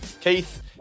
Keith